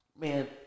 Man